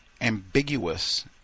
ambiguous